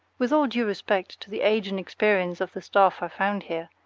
with all due respect to the age and experience of the staff i found here,